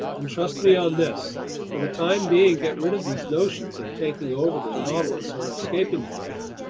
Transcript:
and trust me on this for the time being, get rid of these notions of taking over the nautilus or escaping from it.